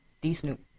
D-Snoop